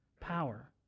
power